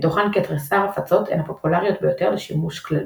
מתוכן כתריסר הפצות הן הפופולריות ביותר לשימוש כללי.